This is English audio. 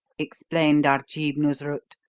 explained arjeeb noosrut,